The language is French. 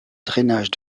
drainage